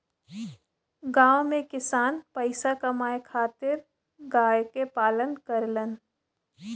गांव में किसान पईसा कमाए खातिर गाय क पालन करेलन